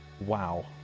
wow